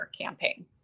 campaign